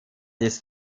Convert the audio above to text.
ist